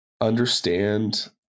understand